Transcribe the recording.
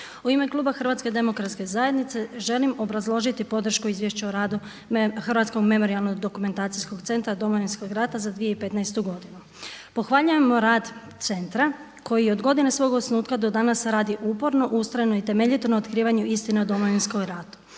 U ime kluba Hrvatske demokratske zajednice želim obrazložiti podršku Izvješće o radu Hrvatskog memorijalno-dokumentacijskog centra Domovinskog rata za 2015. godinu. Pohvaljujemo rad centra koji je od godine svog osnutka do danas radi uporno, ustrajno i temeljito na otkrivanju istine o Domovinskom ratu.